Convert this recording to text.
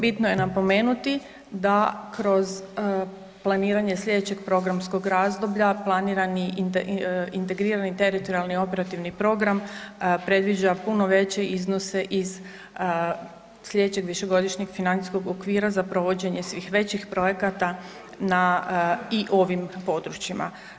Bitno je napomenuti da kroz planiranje slijedećeg programskog razdoblja planirani integrirani teritorijalni operativni program predviđa puno veće iznose iz slijedećeg višegodišnjeg financijskog okvira za provođenje svih većih projekata na i ovim područjima.